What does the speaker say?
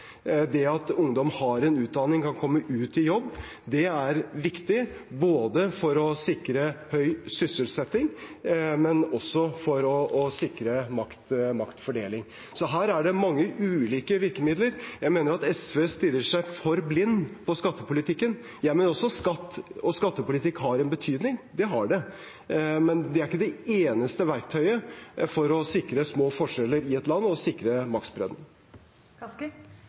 Det at ungdom har en utdanning og kan komme ut i jobb, er viktig for å sikre høy sysselsetting, men også for å sikre maktfordeling. Så her er det mange ulike virkemidler. Jeg mener at SV stirrer seg for blind på skattepolitikken. Jeg mener også at skatt og skattepolitikk har en betydning, det har det, men det er ikke det eneste verktøyet for å sikre små forskjeller i et land og sikre